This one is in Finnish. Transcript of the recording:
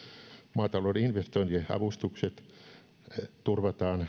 maatalouden investointiavustukset turvataan